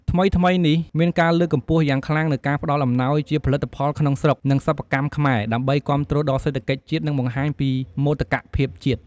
ថ្មីៗនេះ មានការលើកកម្ពស់យ៉ាងខ្លាំងនូវការផ្តល់អំណោយជាផលិតផលក្នុងស្រុក និងសិប្បកម្មខ្មែរ ដើម្បីគាំទ្រដល់សេដ្ឋកិច្ចជាតិ និងបង្ហាញពីមោទកភាពជាតិ។